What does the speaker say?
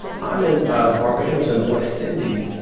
i'm in ah barbados in the west indies,